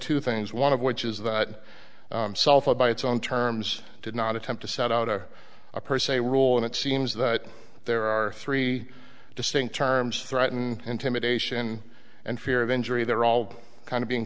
two things one of which is that by its own terms did not attempt to set out on a per se rule and it seems that there are three distinct terms threaten intimidation and fear of injury they're all kind of being